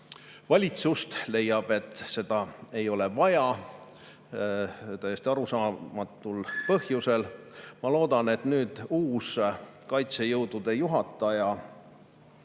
valitsust, leiab, et neid ei ole vaja, täiesti arusaamatul põhjusel. Ma loodan, et uus kaitsejõudude juhataja